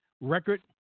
record